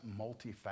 multifaceted